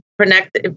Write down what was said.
connect